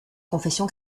confession